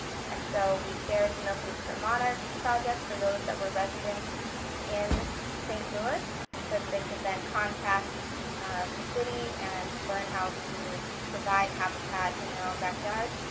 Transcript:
and so we shared the milkweeds for monarchs project for those that were residents in st. louis. so that they could then contact the city, and learn how to provide habitat in their own backyard.